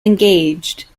engaged